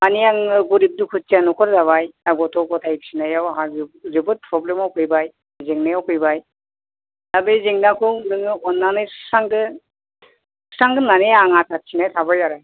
माने आङो गोरिब दुखुथिया न'खर जाबाय आरो गथ' गथाय फिसिनायाव आंहा जोबोद प्र'ब्लेम आव फैबाय जेंनायाव फैबाय दा बे जेंनाखौ नोङो अननानै सुस्रांदो सुस्रांगोन होननानै आं आसा थिनाय थाबाय आरो